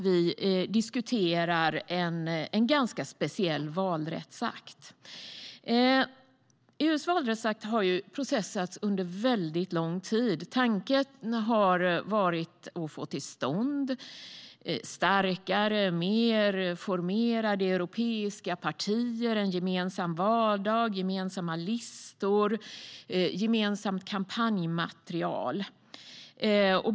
Vi diskuterar en ganska speciell valrättsakt. EU:s valrättsakt har processats under mycket lång tid. Tanken har varit att få till stånd starkare och mer formerade europeiska partier, en gemensam valdag, gemensamma listor och gemensamt kampanjmaterial.